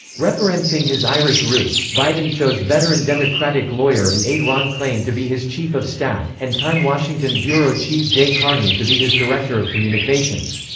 referencing his irish roots biden chose veteran democratic lawyer and aide ron klain to be his chief of staff, and time washington bureau chief jay carney to be his director of communications.